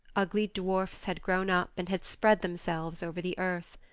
ugly dwarfs had grown up and had spread themselves over the earth.